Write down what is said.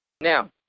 Now